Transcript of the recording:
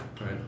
Right